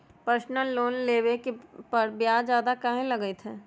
Personal loan लेबे पर ब्याज ज्यादा काहे लागईत है?